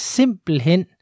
simpelthen